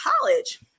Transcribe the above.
college